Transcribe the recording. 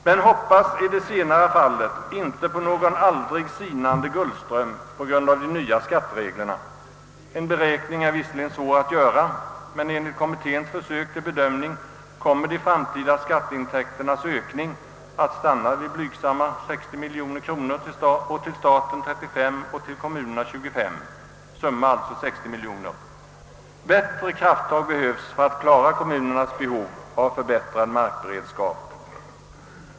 Men hoppas i det senare fallet inte på någon aldrig sinande guldström på grund av de nya skattereglerna! En beräkning är visserligen svår att göra, men enligt kommitténs försök till bedömning kommer de framtida skatteintäkternas ökning att stanna vid blygsamma 60 miljoner kronor, till staten 35 miljoner och till kommunerna 25 miljoner. Bättre krafttag behövs för att klara kommunernas behov av förbättrad markberedskap.